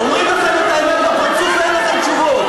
אומרים לכן את האמת בפרצוף ואין לכן תשובות.